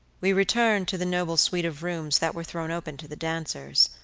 we returned to the noble suite of rooms that were thrown open to the dancers.